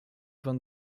van